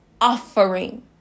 offering